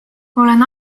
olen